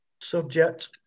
Subject